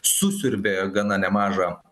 susiurbė gana nemažą